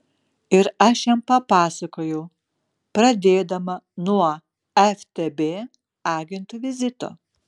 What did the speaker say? ir aš jam papasakojau pradėdama nuo ftb agentų vizito